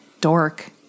dork